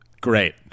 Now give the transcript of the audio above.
great